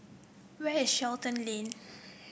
where is Shenton Lane